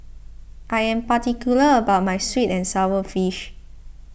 I am particular about my Sweet and Sour Fish